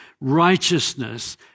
righteousness